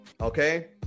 okay